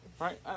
Right